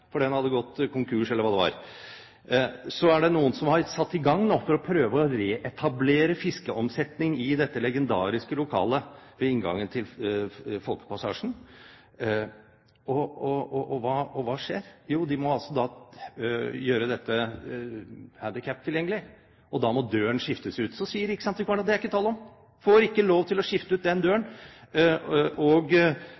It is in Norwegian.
for den hadde gått konkurs, eller hva det var. Så er det noen som har satt i gang nå for å prøve å reetablere fiskeomsetning i dette legendariske lokalet ved inngangen til Folkepassasjen, og hva skjer? Jo, de må gjøre dette handikaptilgjengelig, og da må døren skiftes ut. Så sier riksantikvaren at det er ikke tale om, de får ikke lov til å skifte ut den